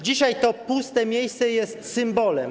Dzisiaj to puste miejsce jest symbolem.